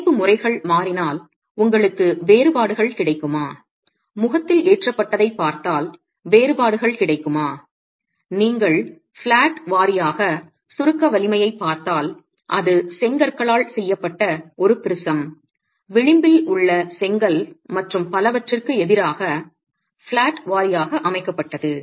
பிணைப்பு முறைகள் மாறினால் உங்களுக்கு வேறுபாடுகள் கிடைக்குமா முகத்தில் ஏற்றப்பட்டதைப் பார்த்தால் வேறுபாடுகள் கிடைக்குமா நீங்கள் பிளாட் வாரியாக சுருக்க வலிமையைப் பார்த்தால் அது செங்கற்களால் செய்யப்பட்ட ஒரு ப்ரிஸம் விளிம்பில் உள்ள செங்கல் மற்றும் பலவற்றிற்கு எதிராக பிளாட் வாரியாக அமைக்கப்பட்டது